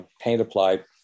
paint-applied